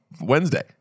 Wednesday